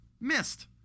Missed